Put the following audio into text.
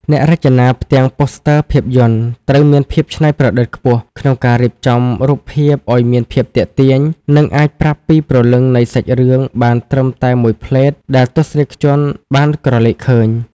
អ្នករចនាផ្ទាំងប៉ូស្ទ័រភាពយន្តត្រូវមានភាពច្នៃប្រឌិតខ្ពស់ក្នុងការរៀបចំរូបភាពឱ្យមានភាពទាក់ទាញ និងអាចប្រាប់ពីព្រលឹងនៃសាច់រឿងបានត្រឹមតែមួយភ្លែតដែលទស្សនិកជនបានក្រឡេកឃើញ។